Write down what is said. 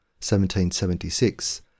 1776